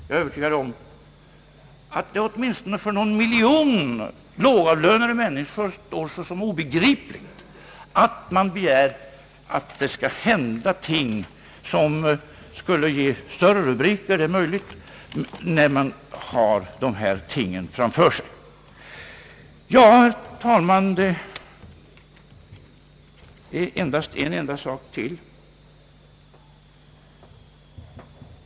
Jag är övertygad om att det åtminstone för någon miljon lågavlönade människor står som obegripligt att man kan påstå att det inte händer någonting när man har dessa ting framför sig. Till slut en enda sak ytterligare.